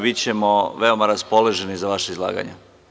Bićemo veoma raspoloženi za vaše izlaganje.